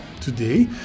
today